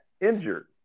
injured